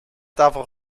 tafel